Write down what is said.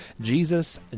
Jesus